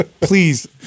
Please